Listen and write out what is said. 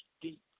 deep